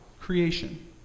creation